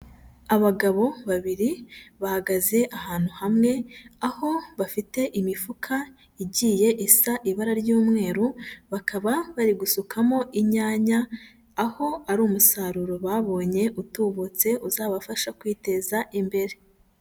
Abagabo babiri bahagaze ahantu hamwe, aho bafite imifuka igiye isa ibara ry'umweru, bakaba bari gusukamo inyanya, aho ari umusaruro babonye utubutse uzabafasha kwiteza imbere.